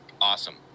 awesome